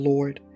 Lord